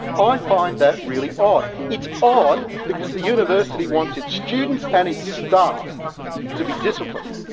i find that really odd. it's odd because the university wants its students and its staff to be disciplined.